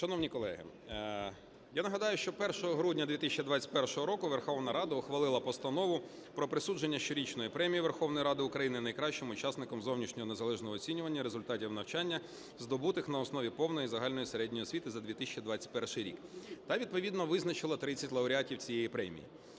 Шановні колеги, я нагадаю, що 1 грудня 2021 року Верховна Рада ухвалила Постанову "Про присудження щорічної Премії Верховної Ради України найкращим учасникам зовнішнього незалежного оцінювання результатів навчання, здобутих на основі повної загальної середньої освіти, за 2021 рік" та відповідно визначила 30 лауреатів цієї премії.